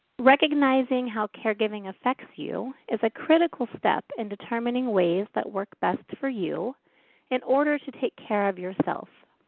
recognizing how caregiving affects you is a critical step in determining ways that work best for you in order to take care of yourself.